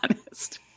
honest